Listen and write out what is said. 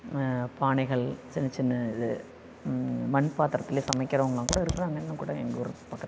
பானைகள் சின்ன சின்ன இது மண்பாத்திரத்துலயே சமைக்கிறோவங்களாம் கூட இருக்கிறாங்க இன்னும் கூட எங்கள் ஊரு பக்கத்துலலாம்